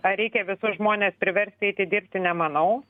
ar reikia visus žmones priverst eiti dirbti nemanau